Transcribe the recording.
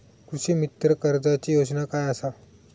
कृषीमित्र कर्जाची योजना काय असा?